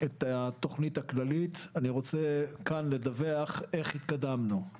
את התוכנית הכללית אני רוצה לדווח כאן איך התקדמנו.